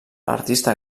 artista